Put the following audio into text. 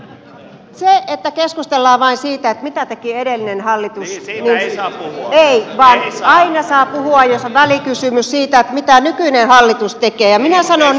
se että keskustellaan vain siitä mitä teki edellinen hallitus ei vaan aina saa puhua jos on välikysymys siitä mitä nykyinen hallitus tekee ja minä sanon